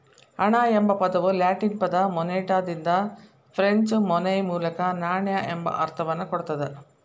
ಹಣ ಎಂಬ ಪದವು ಲ್ಯಾಟಿನ್ ಪದ ಮೊನೆಟಾದಿಂದ ಫ್ರೆಂಚ್ ಮೊನೈ ಮೂಲಕ ನಾಣ್ಯ ಎಂಬ ಅರ್ಥವನ್ನ ಕೊಡ್ತದ